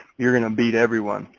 you're going to beat everyone.